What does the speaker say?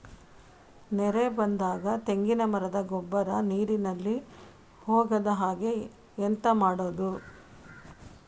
ನೆರೆ ಬಂದಾಗ ತೆಂಗಿನ ಮರದ ಗೊಬ್ಬರ ನೀರಿನಲ್ಲಿ ಹೋಗದ ಹಾಗೆ ಎಂತ ಮಾಡೋದು?